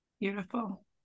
beautiful